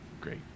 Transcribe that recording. Great